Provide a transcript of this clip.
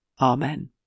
Amen